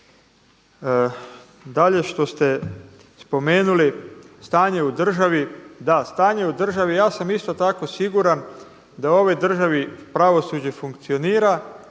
Dalje što ste spomenuli, stanje u državi. Da, stanje u državi ja sam isto tako siguran da u ovoj državi pravosuđe funkcionira,